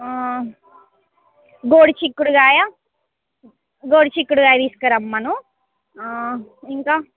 గొరు చిక్కుడుకాయ గొరు చిక్కుడుకాయ తీసుకురమ్మను ఇంకా